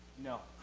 no,